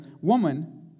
Woman